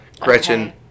Gretchen